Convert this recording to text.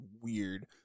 weird